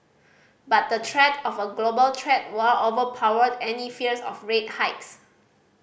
but the threat of a global trade war overpowered any fears of rate hikes